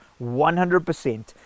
100